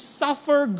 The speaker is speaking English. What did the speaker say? suffer